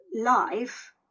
life